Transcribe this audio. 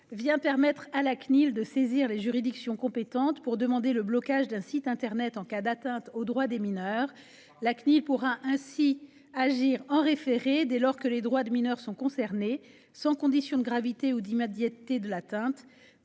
5 permet à la Cnil de saisir les juridictions compétentes pour demander le blocage d'un site internet en cas d'atteinte aux droits des mineurs. Très bien ! Elle pourra ainsi agir en référé dès lors que les droits de personnes mineures sont concernés, sans condition de gravité ou d'immédiateté de l'atteinte.